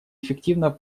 эффективно